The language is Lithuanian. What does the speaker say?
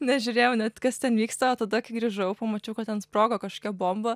nežiūrėjau net kas ten vyksta o tada kai grįžau pamačiau kad ten sprogo kažkokia bomba